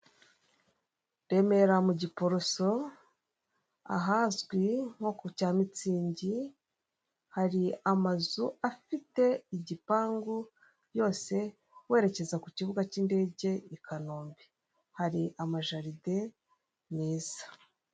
Remera mu Giporoso ahazwi nko ku cya Mitsinzi hari amazu afite igipangu yose werekeza ku kibuga cy'indege i Kanombe hari amajaride meza.